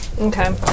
Okay